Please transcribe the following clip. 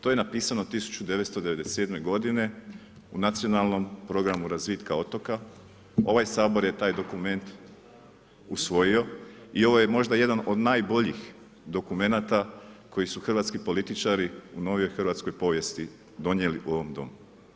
To je napisano 1997. godine u Nacionalnom programu razvitka otoka, ovaj Sabor je taj dokument usvojio i ovo je možda jedan od najboljih dokumenata koji su hrvatski političari u novijoj hrvatskoj povijesti donijeli u ovom Domu.